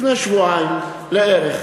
לפני שבועיים לערך